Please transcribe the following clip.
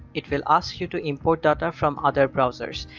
it will ask you to import data from other browsers.